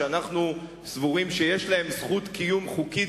שאנחנו סבורים שיש להם זכות קיום חוקית